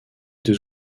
deux